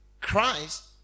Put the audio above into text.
Christ